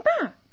back